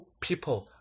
people